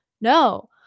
no